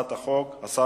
ותועבר לוועדת העבודה,